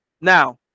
Now